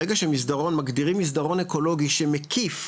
ברגע שמגדירים מסדרון אקולוגי שמקיף,